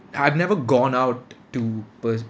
I've never gone out to pers~